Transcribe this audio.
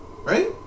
right